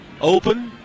Open